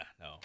no